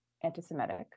anti-Semitic